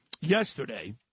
yesterday